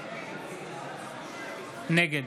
נגד